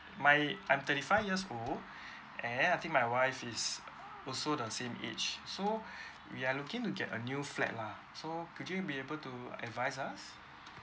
my I'm thirty five years old and I think my wife is also the same age so we are looking to get a new flat lah so could you be able to advise us